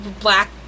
black